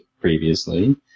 previously